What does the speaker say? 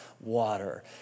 water